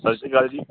ਸਤਿ ਸ਼੍ਰੀ ਅਕਾਲ ਜੀ